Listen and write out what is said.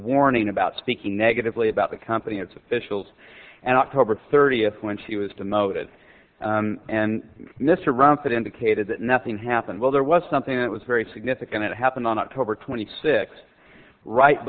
warning about speaking negatively about the company its officials and october thirtieth when she was demoted and mr ruff that indicated that nothing happened well there was something that was very significant it happened on october twenty sixth right